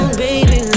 baby